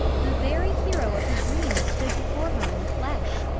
the very hero of her dreams stood before her in the flesh.